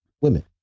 women